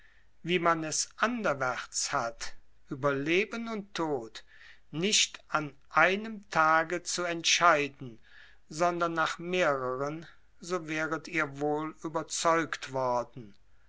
wie man es anderwärts hat über leben und tod nicht an einem tage zu entscheiden sondern nach mehreren so wäret ihr wohl überzeugt worden